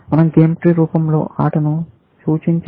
మన০ game tree రూపంలో ఆటను సూచించిన